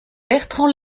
bertrand